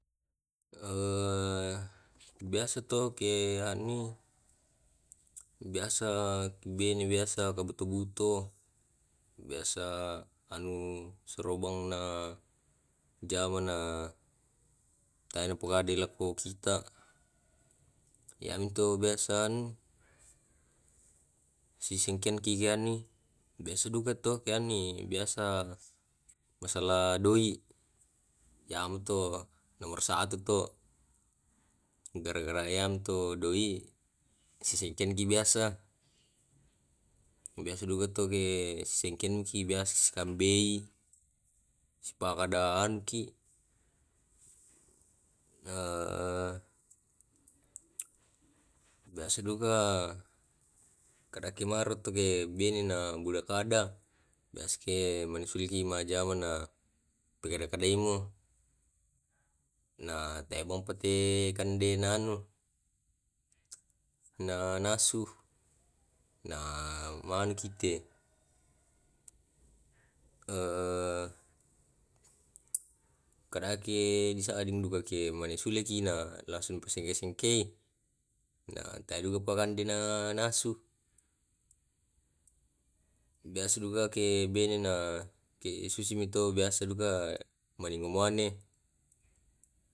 biasa to ke anui biasa bene biasa ka buto-buto biasa anu soro bang na jama na tae na pukada lako kita yam to biasa anu si sengkean ki ke anui biasa duka to ke anui biasa masalah doi yam to nomor satu to gara-gara yam to doi si sengkean ki biasa biasa duka to ke si sengkean ki biasa si kambei si pakada anu ki biasa duka kadake maro to ke bene na buda kada biasa ke mane sule ki majama na pakada-kadai mo na tae bang pa te kande na anu na nasu na ma anu ki te kadake di sading duka ke mane sule ki na langsung pu sengke-sengkei na tae duka pa kande na nasu biasa duka ke bene na ke susi mi to biasa duka maningo muane